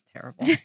terrible